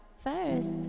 First